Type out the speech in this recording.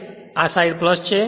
તે આ સાઈડ છે